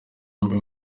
bombi